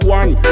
one